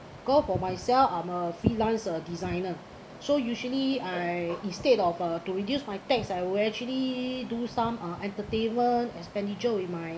go for myself I'm a freelance uh designer so usually I instead of uh to reduce my tax I will actually do some uh entertainment expenditure with my